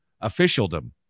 officialdom